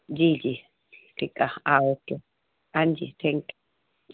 जी जी ठीकु आहे हा ओके हां जी थैंक यू